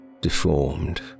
deformed